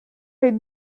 les